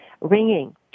ringing